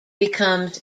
becomes